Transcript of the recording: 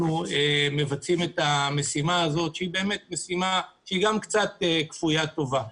מבצעים את המשימה הזאת שהיא גם קצת כפוית טובה.